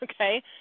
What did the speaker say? okay